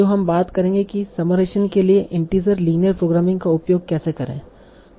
तो हम बात करेंगे कि समराइजशन के लिए इन्टिजर लीनियर प्रोग्रामिंग का उपयोग कैसे करें